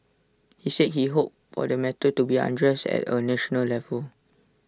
he said he hoped for the matter to be addressed at A national level